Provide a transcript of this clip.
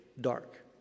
dark